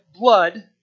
blood